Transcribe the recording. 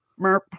merp